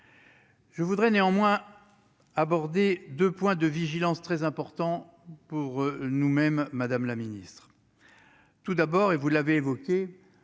Je voudrais néanmoins aborder 2 points de vigilance très important pour nous même, Madame la Ministre, tout d'abord, et vous l'avez évoqué